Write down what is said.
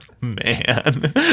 Man